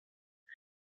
мен